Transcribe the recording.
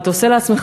ואתה עושה לעצמך,